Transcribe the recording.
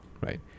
right